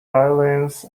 violins